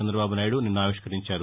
చంద్రబాబు నాయుడు నిన్న ఆవిష్కరించారు